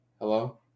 Hello